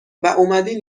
واومدین